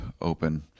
open